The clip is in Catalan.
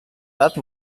edat